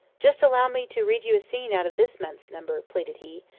just allow me to read you a scene out of this month's number, pleaded he.